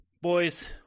Boys